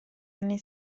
anni